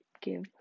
give